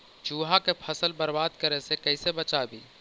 चुहा के फसल बर्बाद करे से कैसे बचाबी?